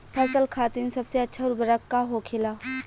फसल खातीन सबसे अच्छा उर्वरक का होखेला?